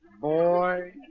boy